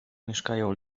mieszkają